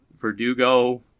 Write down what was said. Verdugo